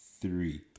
three